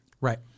Right